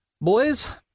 Boys